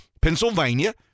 Pennsylvania